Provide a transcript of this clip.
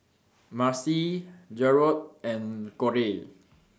Marcy Jarod and Korey